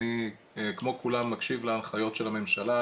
אני כמו כולם מקשיב להנחיות של הממשלה,